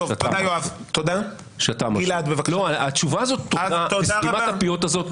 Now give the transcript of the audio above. לצד הגנה על זכויות הפרט יש גם מה שנקרא הגנה על זכויות קולקטיביות,